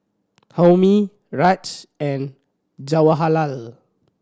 Homi Raj and Jawaharlal